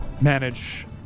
manage